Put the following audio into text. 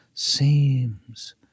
seems